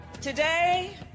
Today